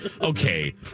Okay